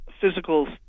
physical